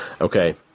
Okay